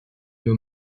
nos